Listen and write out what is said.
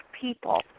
people